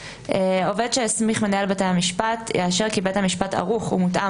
עובד שהסמיך מנהל בתי המשפט יאשר כי בית המשפט ערוך ומותאם